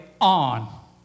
on